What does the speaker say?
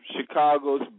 Chicago's